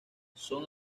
son